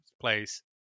place